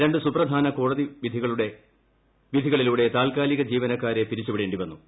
രണ്ട് സൂപ്രധാന കോടതി വിധികളിലൂടെ താഴ്ൽക്കാലിക ജീവനക്കാരെ പിരിച്ചുവിടേണ്ടി വന്നു